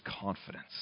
confidence